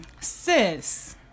sis